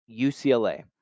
UCLA